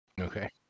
Okay